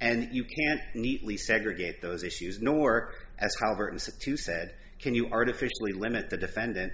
and you can't neatly segregate those issues nor convert it to said can you artificially limit the defendant